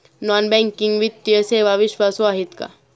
Non banking वित्तीय सेवा विश्वासू आहेत का?